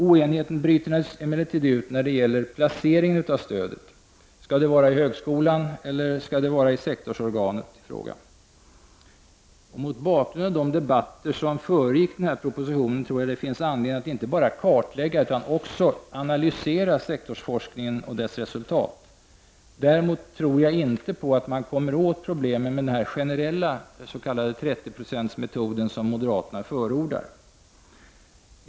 Oenighet uppstår emellertid när det gäller placeringen av stödet. Skall det vara högskolan eller sektorsorganet i fråga? Mot bakgrund av de debatter som föregick den här propositionen tror jag att det finns anledning att inte bara kartlägga utan också analysera sektorsforskningen och resultaten i det avseendet. Däremot tror jag inte att man kommer åt problemen med den generella s.k. 30-procentsmetod-som moderaterna förordar.